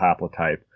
haplotype